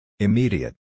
Immediate